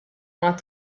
mat